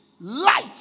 Light